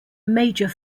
major